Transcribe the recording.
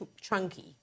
chunky